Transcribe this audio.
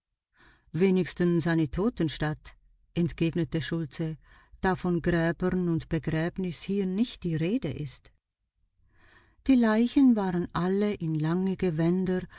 wenigstens eine totenstadt entgegnete schultze da von gräbern und begräbnis hier nicht die rede ist die leichen waren alle in lange gewänder